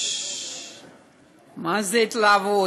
מה זה התלהבות?